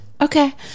Okay